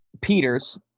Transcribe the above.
Peters